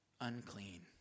unclean